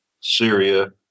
Syria